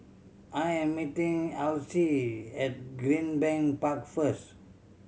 I am meeting Alcie at Greenbank Park first